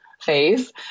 phase